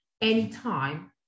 anytime